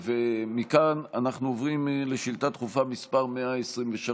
מכאן אנחנו עוברים לשאילתה דחופה מס' 123,